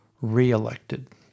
re-elected